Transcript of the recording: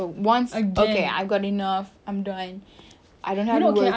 you know I tukar jawapan I I actually nak cakap bali